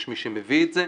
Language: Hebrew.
יש מי שמביא את זה.